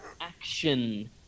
action